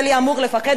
תודה רבה.